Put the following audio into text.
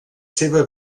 seva